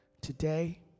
today